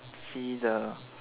see the